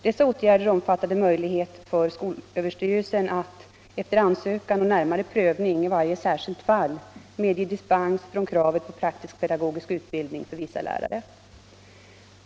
Dessa åtgärder omfattade möjlighet för skolöverstyrelsen att — efter ansökan och närmare prövning i varje särskilt fall — medge dispens från kravet på praktisk-pedagogisk utbildning för vissa lärare.